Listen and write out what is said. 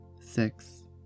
Six